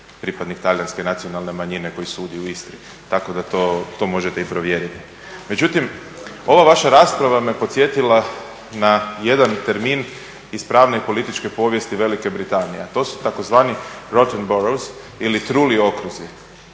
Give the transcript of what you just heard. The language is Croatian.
pripadnik talijanske nacionalne manjine koji sudi u Istri. Tako da to možete i provjeriti. Međutim, ova vaša rasprava me podsjetila na jedan termin iz pravne političke povijesti Velike Britanije, a to su tzv. rotten burrows ili truli okruzi